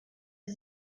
die